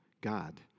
God